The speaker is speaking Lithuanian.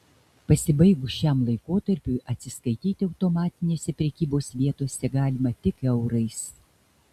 pasibaigus šiam laikotarpiui atsiskaityti automatinėse prekybos vietose galima tik eurais